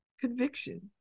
conviction